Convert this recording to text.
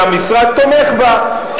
שהמשרד תומך בה,